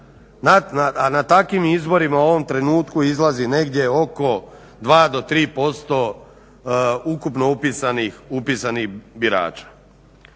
a na takim izborima u ovom trenutku izlazi negdje o ko 2 do 3% ukupno upisanih birača.